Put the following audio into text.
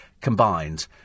combined